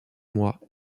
mois